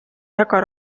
väga